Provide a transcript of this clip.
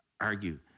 argue